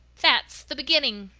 that's the beginning,